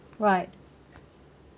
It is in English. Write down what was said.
right